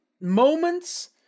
moments